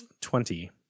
Twenty